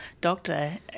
doctor